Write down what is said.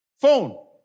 phone